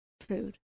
food